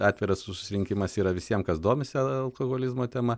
atviras susirinkimas yra visiems kas domisi alkoholizmo tema